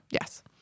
Yes